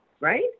right